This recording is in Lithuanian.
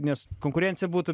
nes konkurencija būtų